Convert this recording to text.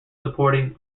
supporting